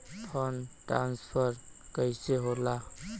Fund transfer कैसे होला?